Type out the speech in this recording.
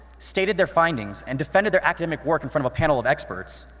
stated their findings, and defended their academic work in front of a panel of experts.